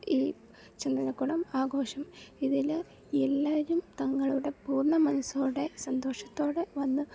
ഈ ചന്ദനക്കുടം ആഘോഷം ഇതില് എല്ലാവരും തങ്ങളുടെ പൂർണമനസ്സോടെ സന്തോഷത്തോടെ വന്ന്